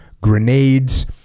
grenades